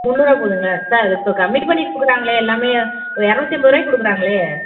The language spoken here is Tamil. முந்நூறுரூவா போகுதுங்களா சார் இப்போது கம்மி பண்ணி கொடுக்குறாங்களே எல்லாமே ஒருஇரநூத்தம்பது ரூபாக்கு கொடுக்குறாங்களே